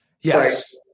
yes